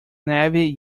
navy